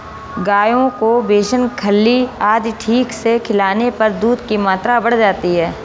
गायों को बेसन खल्ली आदि ठीक से खिलाने पर दूध की मात्रा बढ़ जाती है